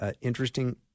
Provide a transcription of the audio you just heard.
interesting